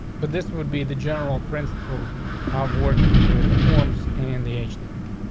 but this would be the general principles of working with the forms and the h demo.